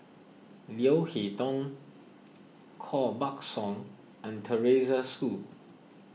Leo Hee Tong Koh Buck Song and Teresa Hsu